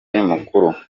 mukuru